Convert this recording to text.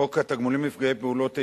חוק התגמולים לנפגעי פעולות איבה,